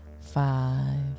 Five